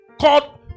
called